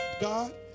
God